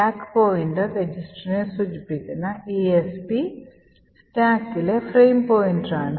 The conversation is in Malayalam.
സ്റ്റാക്ക് പോയിന്റർ രജിസ്റ്ററിനെ സൂചിപ്പിക്കുന്ന esp സ്റ്റാക്കിലെ ഫ്രെയിം പോയിന്ററാണ്